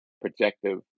projective